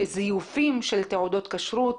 זיופים של תעודות כשרות,